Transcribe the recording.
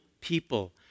people